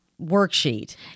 worksheet